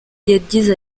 yagize